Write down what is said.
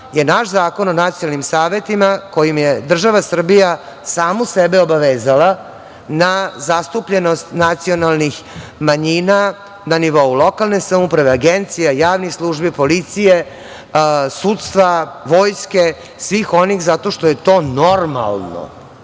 je naš Zakon o nacionalnim savetima kojim je država Srbija samu sebe obavezala na zastupljenost nacionalnih manjina na nivou lokalne samouprave, agencija, javnih službi, policije, sudstva, vojske, svih onih zato što je to normalno,